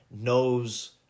knows